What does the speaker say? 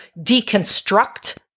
deconstruct